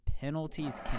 penalties